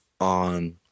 on